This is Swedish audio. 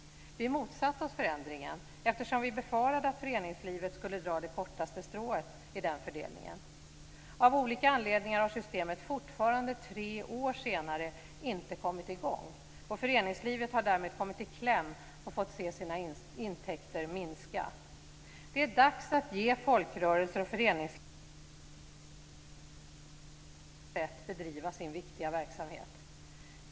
Vi motsatte oss förändringen, eftersom vi befarade att föreningslivet skulle dra det kortaste strået i den fördelningen. Av olika anledningar har systemet fortfarande, tre år senare, inte kommit i gång, och föreningslivet har därmed kommit i kläm och fått se sina intäkter minska. Det är dags att ge folkrörelser och föreningsliv förutsättningar att på ett självständigt sätt bedriva sin viktiga verksamhet.